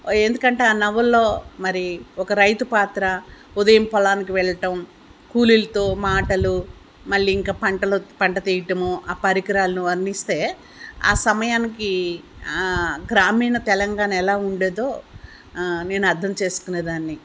ఎందుకంటే ఆ నవల్లో మరి ఒక రైతు పాత్ర ఉదయం పొలానికి వెళ్ళటం కూలీలతో మాటలు మళ్ళీ ఇంకా పంటలు పంట తీయటము ఆ పరికరాలను వర్ణిస్తే ఆ సమయానికి గ్రామీణ తెలంగాణ ఎలా ఉండేదో నేను అర్థం చేసుకునేదాన్ని